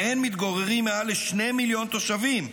שבהן מתגוררים מעל שני מיליון תושבים.